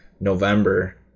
November